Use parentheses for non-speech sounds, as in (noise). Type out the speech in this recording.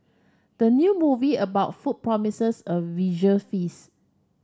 the new movie about food promises a visual (unintelligible)